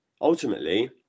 ultimately